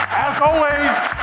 as always,